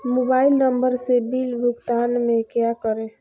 Mobile number से bill भुगतान में क्या करें?